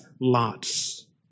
lots